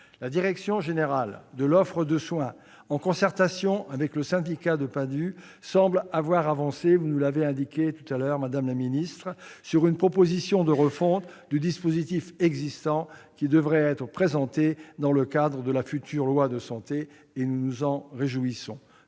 La direction générale de l'offre de soins, en concertation avec le syndicat des PADHUE, semble avoir avancé- vous nous l'avez indiqué, madame la secrétaire d'État -, sur une proposition de refonte du dispositif existant qui sera présentée dans le cadre de la future loi Santé. Nous nous en réjouissons.